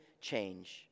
change